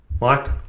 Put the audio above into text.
Mike